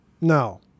No